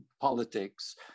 politics